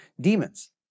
demons